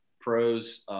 pros